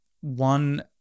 one